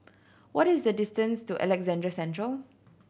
what is the distance to Alexandra Central